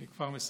אני כבר מסיים.